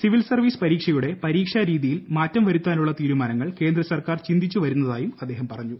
civil service പരീക്ഷയുടെ പരീക്ഷാ രീതിയിൽ മാറ്റം വരുത്താനുള്ള തീരുമാനങ്ങൾ കേന്ദ്ര സർക്കാർ ചിന്തിച്ചു വരുന്നതായും അദ്ദേഹം പറഞ്ഞു